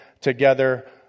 together